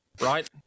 right